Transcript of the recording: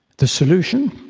the solution?